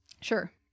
Sure